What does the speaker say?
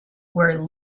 wear